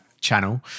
channel